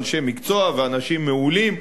אנשי מקצוע ואנשים מעולים,